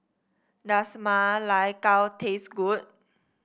does Ma Lai Gao taste good